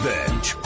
Bench